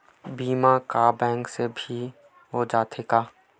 बीमा का बैंक से भी हो जाथे का?